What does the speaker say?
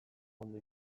ondo